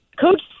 Coach